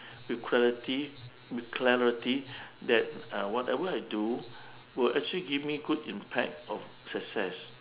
with clarity with clarity that uh whatever I do would actually give me good impact of success